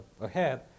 ahead